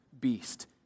beast